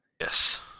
Yes